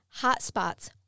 hotspots